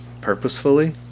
purposefully